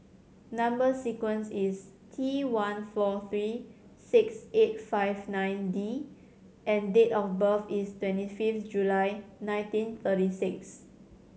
number sequence is T one four three six eight five nine D and date of birth is twenty fifth July nineteen thirty six